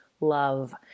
love